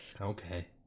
okay